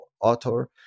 author